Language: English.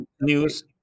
news